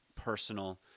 personal